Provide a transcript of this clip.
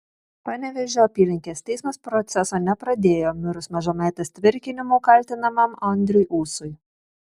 panevėžio apylinkės teismas proceso nepradėjo mirus mažametės tvirkinimu kaltinamam andriui ūsui